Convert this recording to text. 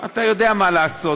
אתה יודע מה לעשות.